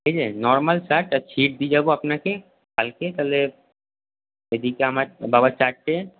ঠিক আছে normal shirt তার ছিট দিয়ে যাবো আপনাকে কালকে তাহলে এদিকে আমার বাবার চারটে